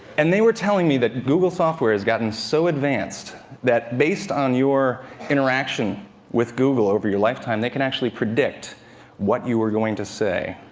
and they were telling me that google software has gotten so advanced that, based on your interaction with google over your lifetime, they can actually predict what you are going to say